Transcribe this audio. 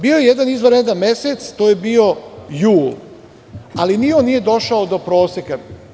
Bio je jedan izvanredan mesec, to je bio jul, ali ni on nije došao do proseka.